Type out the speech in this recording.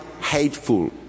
hateful